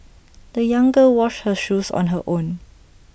the young girl washed her shoes on her own